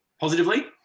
positively